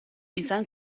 izan